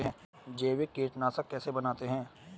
जैविक कीटनाशक कैसे बनाते हैं?